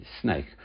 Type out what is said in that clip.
snake